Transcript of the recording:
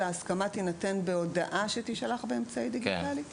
אלא ההסכמה תינתן בהודעה שתישלח באמצעי דיגיטלי?